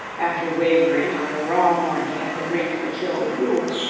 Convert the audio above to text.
after wavering on a raw morning at the brink of a chill pool,